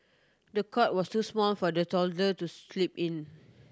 the cot was too small for the toddler to sleep in